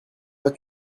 toi